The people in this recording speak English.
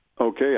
okay